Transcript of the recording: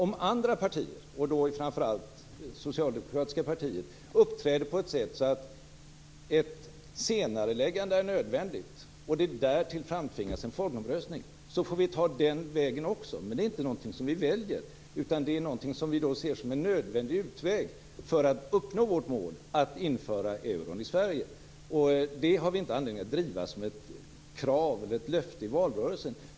Om andra partier - framför allt då det socialdemokratiska partiet - uppträder på ett sådant sätt att ett senareläggande blir nödvändigt och det därtill framtvingas en folkomröstning får vi också gå den vägen, men det är inte någonting som vi väljer. Det är någonting som vi ser som en nödvändig utväg för att uppnå vårt mål att införa euron i Sverige. Detta har vi inte anledning att driva som ett krav eller ett löfte i valrörelsen.